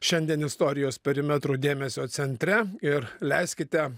šiandien istorijos perimetrų dėmesio centre ir leiskite